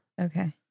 Okay